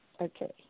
Okay